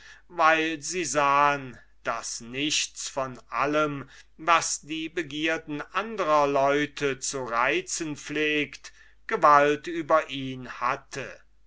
weil sie sahen daß nichts von allem was die begierden andrer leute zu reizen pflegt gewalt über ihn hatte